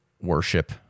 worship